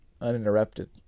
uninterrupted